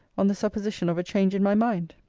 on the supposition of a change in my mind?